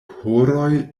horoj